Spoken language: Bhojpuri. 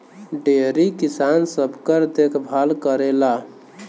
डेयरी किसान सबकर देखभाल करेला